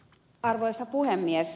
arvoisa puhemies